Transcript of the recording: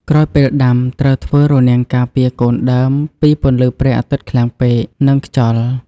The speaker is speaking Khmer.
ក្រោយពេលដាំ ត្រូវធ្វើរនាំងការពារកូនដើមពីពន្លឺព្រះអាទិត្យខ្លាំងពេក និងខ្យល់។